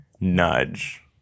nudge